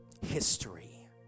history